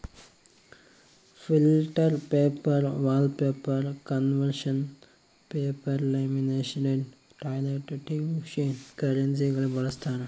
filter paper wallpaper conservation paper laminated toilet tissue ಕರೆನ್ಸಿಗಾಗಿ ಬಳಸ್ತಾರ